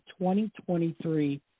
2023